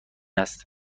است